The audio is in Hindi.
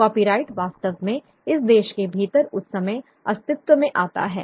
कॉपीराइट वास्तव में इस देश के भीतर उस समय अस्तित्व में आता है